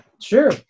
sure